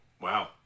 Wow